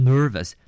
Nervous